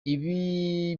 ibi